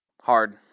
Hard